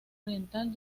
oriental